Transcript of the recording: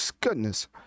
goodness